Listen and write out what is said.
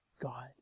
God